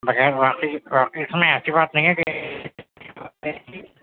بغیر واقف واقف میں ایسی بات نہیں ہے کہ